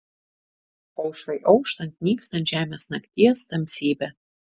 aušrai auštant nyksta ant žemės nakties tamsybė